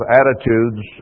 attitudes